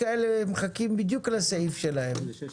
הסכם למתן שירות מידע פיננסי.